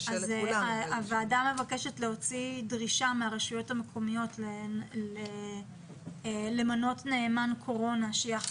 הוועדה מבקשת להוציא דרישה מהרשויות המקומיות למנות נאמן קורונה שיהיה